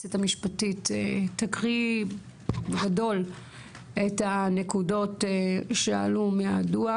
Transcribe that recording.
שהיועצת המשפטית תקריא בגדול את הנקודות שעלו מהדוח,